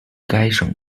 该省